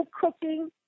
cooking